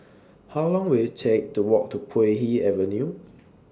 How Long Will IT Take to Walk to Puay Hee Avenue